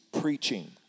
preaching